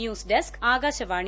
news desk Akashvani